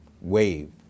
wave